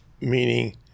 meaning